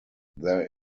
there